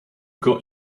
got